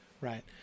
right